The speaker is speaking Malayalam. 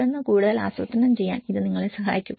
തുടർന്ന് കൂടുതൽ ആസൂത്രണം ചെയ്യാൻ ഇത് നിങ്ങളെ സഹായിക്കും